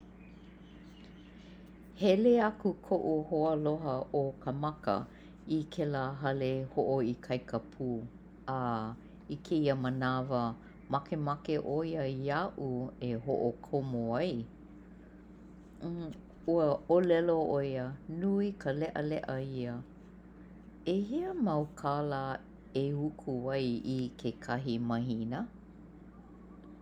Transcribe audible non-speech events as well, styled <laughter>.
Hele aku koʻu hoāloha ʻo Kamaka i kēlā hale hoʻoikaika pū a i kēia manawa, makemake ʻo ia iaʻu e hoʻokomo ai. <hesitation> Ua ʻōlelo ʻo ia nui ka leʻaleʻa ia. ʻEhia mau kālā e uku ai i kekahi mahina?